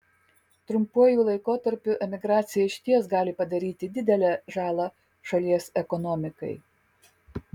trumpuoju laikotarpiu emigracija išties gali padaryti didelę žalą šalies ekonomikai